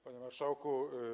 Panie Marszałku!